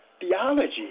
theology